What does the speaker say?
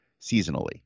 seasonally